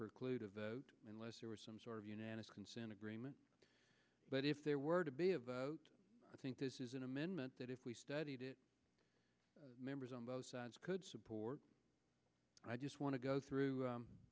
preclude unless there was some sort of unanimous consent agreement but if there were to be a vote i think this is an amendment that if we studied it members on both sides could support i just want to go through